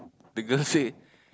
the girl say